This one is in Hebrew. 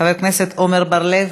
חבר הכנסת עמר בר-לב,